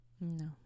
no